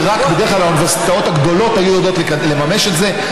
ובדרך כלל רק האוניברסיטאות הגדולות היו יודעות לממש את זה,